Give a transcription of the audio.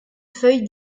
feuille